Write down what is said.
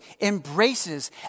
embraces